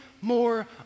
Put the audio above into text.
more